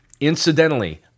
Incidentally